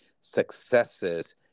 successes